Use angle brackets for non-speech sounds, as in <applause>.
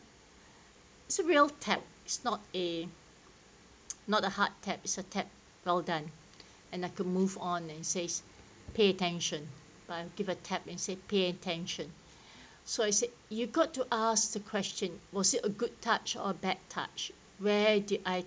it's a real tap is not a <noise> not a hard tap a tap well done and I could move on and says pay attention by give a tap and say pay attention so I said you've got to ask the question was it a good touch or bad touch where the I